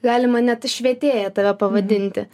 galima net švietėja tave pamatyti